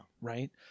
Right